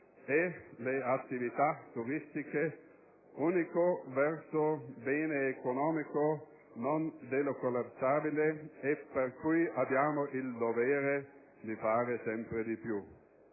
e le attività turistiche, unico vero bene economico non delocalizzabile, per cui abbiamo il dovere di fare sempre di più.